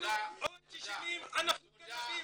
אנחנו גנבים.